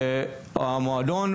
המועדון,